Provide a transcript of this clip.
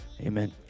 Amen